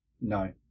No